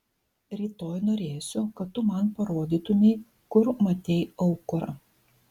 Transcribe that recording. rytoj norėsiu kad tu man parodytumei kur matei aukurą